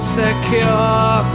secure